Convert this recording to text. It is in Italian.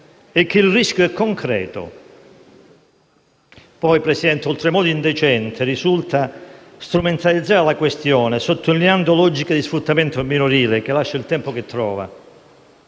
il rischio è concreto.